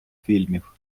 фільмів